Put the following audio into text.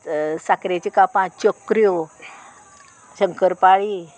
साकरेची कापां चकऱ्यो शंकर पाळी